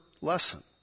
lesson